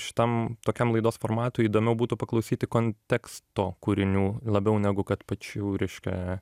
šitam tokiam laidos formatui įdomiau būtų paklausyti konteksto kūrinių labiau negu kad pačių reiškia